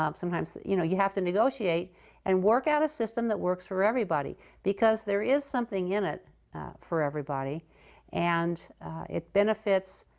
um sometimes you know you have to negotiate and work out a system that works for everybody because there is something in it for everybody and it benefits